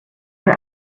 für